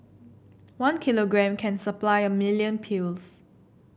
one kilogram can supply a million pills